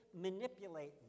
manipulate